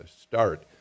start